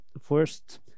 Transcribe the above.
first